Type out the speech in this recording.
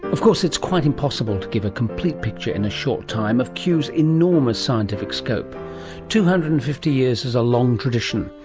of course it's quite impossible to give a complete picture in a short time of kew's enormous scientific scope two hundred and fifty years is a long tradition.